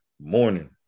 morning